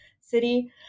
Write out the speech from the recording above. city